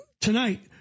tonight